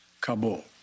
Kabul